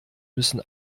müssen